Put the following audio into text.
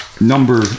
number